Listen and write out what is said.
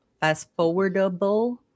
fast-forwardable